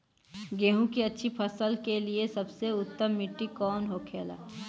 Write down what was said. गेहूँ की अच्छी फसल के लिए सबसे उत्तम मिट्टी कौन होखे ला?